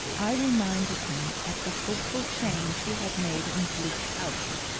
i reminded him, at the hopeful change he had made in bleak house.